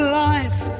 life